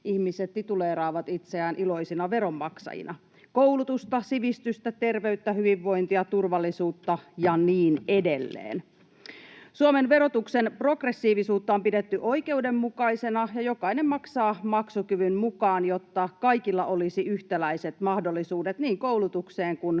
ihmiset tituleeraavat itseään iloisina veronmaksajina — koulutusta, sivistystä, terveyttä, hyvinvointia, turvallisuutta ja niin edelleen. Suomen verotuksen progressiivisuutta on pidetty oikeudenmukaisena, ja jokainen maksaa maksukyvyn mukaan, jotta kaikilla olisi yhtäläiset mahdollisuudet niin koulutukseen kuin